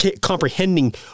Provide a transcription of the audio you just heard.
comprehending